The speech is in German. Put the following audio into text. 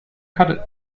karte